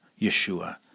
Yeshua